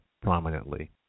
prominently